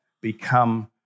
become